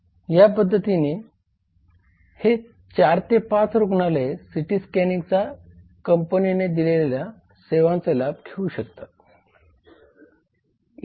या पध्दतीने हे ४ ते ५ रुग्णालये सीटी स्कॅनिंग कंपनीने दिलेल्या सेवांचा लाभ घेऊ शकतात